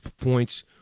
points